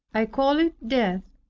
i call it death,